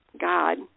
God